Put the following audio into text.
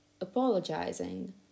apologizing